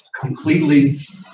Completely